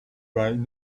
right